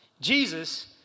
Jesus